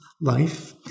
life